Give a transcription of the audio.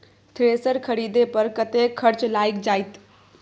Thresher खरीदे पर कतेक खर्च लाईग जाईत?